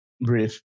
breathe